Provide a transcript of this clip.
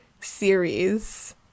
series